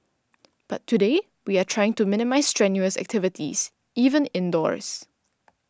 but today we are trying to minimise strenuous activities even indoors